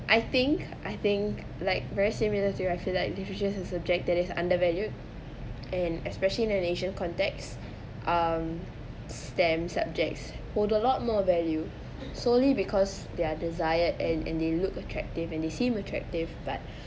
I think I think like very similar to you I feel like literature is a subject that is undervalued and especially an asian context um STEM subjects hold a lot more value solely because their desire and and they look attractive and they seem attractive but